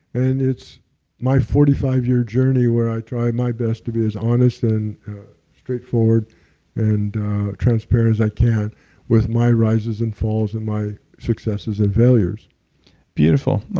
and it's my forty five year journey where i tried my best to be as honest and straightforward and transparent as i can with my rises and falls and my successes and failures beautiful,